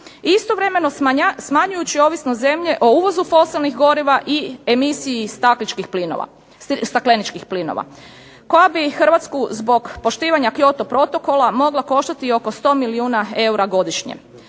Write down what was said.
istovremeno smanjujući ovisnost zemlje o uvozu fosilnih goriva i emisiji stakleničkih plinova koja bi HRvatsku zbog poštivanja Kyoto protokola mogla koštati oko 100 milijuna eura godišnje.